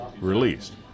released